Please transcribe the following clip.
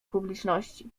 publiczności